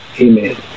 Amen